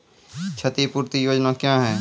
क्षतिपूरती योजना क्या हैं?